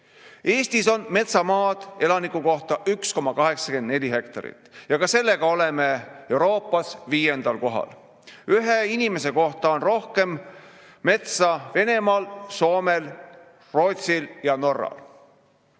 Eestis on metsamaad elaniku kohta 1,84 hektarit ja ka sellega oleme Euroopas viiendal kohal. Ühe inimese kohta on rohkem metsa Venemaal, Soomel, Rootsil ja Norral.